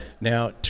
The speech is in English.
Now